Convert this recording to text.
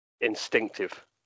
instinctive